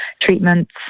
treatments